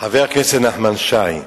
חבר הכנסת נחמן שי,